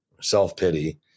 self-pity